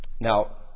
Now